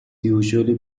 usually